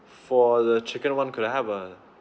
for the chicken one could I have a